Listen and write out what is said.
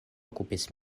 okupis